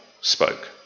spoke